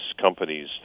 companies